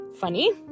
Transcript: Funny